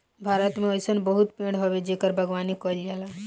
भारत में अइसन बहुते पेड़ हवे जेकर बागवानी कईल जाला